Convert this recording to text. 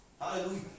hallelujah